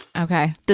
Okay